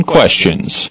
Questions